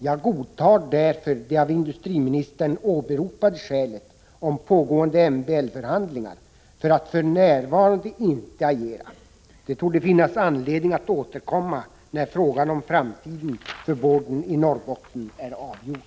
Jag godtar därför det av industriministern åberopade skälet, nämligen att MBL förhandlingar pågår, för att han för närvarande inte agerar. Det torde finnas anledning att återkomma, när frågan om framtiden för boarden i Norrbotten är avgjord.